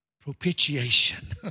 propitiation